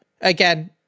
again